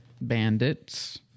Bandits